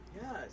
Yes